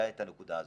היה את הנקודה הזאת.